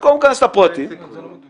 במקום להיכנס לפרטים --- זה לא מדויק.